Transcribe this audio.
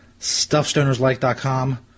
stuffstonerslike.com